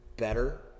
better